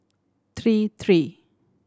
three three